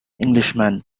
englishman